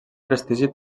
prestigi